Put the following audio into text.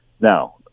now